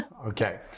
Okay